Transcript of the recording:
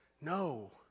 No